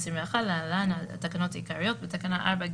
התשפ"ב-2021 בתוקף סמכותה לפי סעיפים 4,